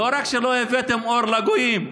לא רק שלא הבאתם אור לגויים,